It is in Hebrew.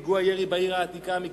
פיגוע ירי בעיר העתיקה,